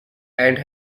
and